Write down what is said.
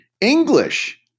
English